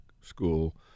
school